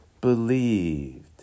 believed